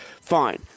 Fine